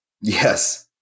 Yes